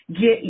get